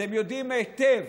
אתם יודעים היטב